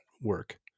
work